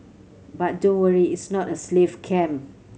but don't worry its not a slave camp